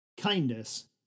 kindness